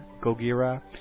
Gogira